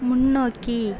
முன்னோக்கி